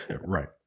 Right